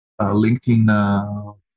LinkedIn